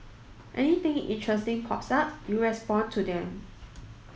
anything interesting pops up you respond to them